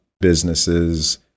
businesses